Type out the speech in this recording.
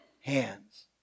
hands